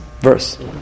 verse